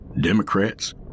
Democrats